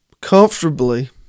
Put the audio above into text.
Comfortably